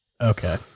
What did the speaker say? Okay